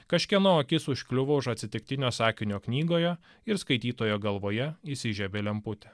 kažkieno akis užkliuvo už atsitiktinio sakinio knygoje ir skaitytojo galvoje įsižiebė lemputė